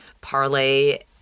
parlay